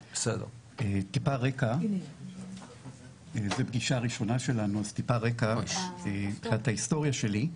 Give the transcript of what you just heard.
זו פגישה ראשונה שלנו אז טיפה רקע מבחינת ההיסטוריה שלי.